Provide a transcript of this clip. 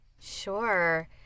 Sure